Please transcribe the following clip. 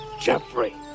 Jeffrey